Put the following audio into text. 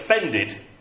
offended